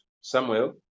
Samuel